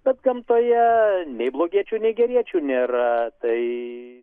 kad gamtoje nei blogiečių nei geriečių nėra tai